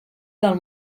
del